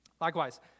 Likewise